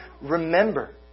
Remember